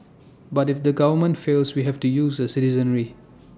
but if the government fails we have to use the citizenry